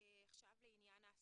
עכשיו לעניין ההסעות.